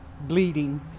bleeding